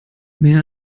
mehr